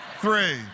Three